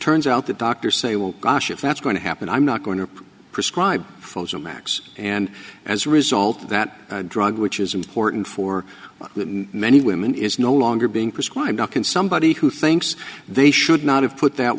turns out that doctors say well gosh if that's going to happen i'm not going to prescribe for max and as a result of that drug which is important for many women is no longer being prescribed can somebody who thinks they should not have put that